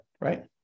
right